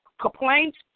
complaints